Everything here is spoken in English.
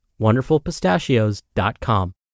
wonderfulpistachios.com